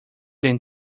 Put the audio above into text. than